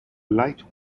light